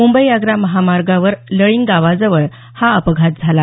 मुंबई आग्रा महामार्गावर लळींग गावाजवळ हा अपघात झाला